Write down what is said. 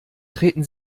treten